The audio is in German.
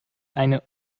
eine